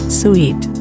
sweet